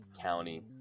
county